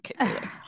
Okay